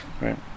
Right